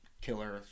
killer